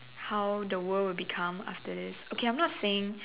how the world would become after this okay I'm not saying